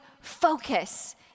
focus